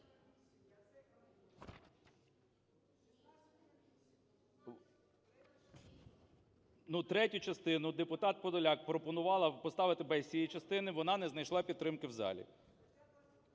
третю частину депутат Подоляк пропонувала поставити без цієї частини, вона не знайшла підтримки в залі.